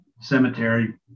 cemetery